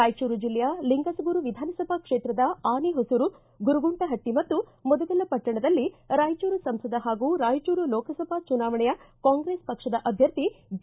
ರಾಯಚೂರು ಜಿಲ್ಲೆಯ ಲಿಂಗಸೂರು ವಿಧಾನಸಭಾ ಕ್ಷೇತ್ರದ ಆನೆಹೊಸೂರು ಗುರುಗುಂಟಹಟ್ಟಿ ಮತ್ತು ಮುದಗಲ್ ಪಟ್ಟಣದಲ್ಲಿ ರಾಯಚೂರು ಸಂಸದ ಪಾಗೂ ರಾಯಚೂರು ಲೋಕಸಭಾ ಚುನಾವಣೆಯ ಕಾಂಗ್ರೆಸ್ ಪಕ್ಷದ ಅಭ್ಯರ್ಥಿ ಬಿ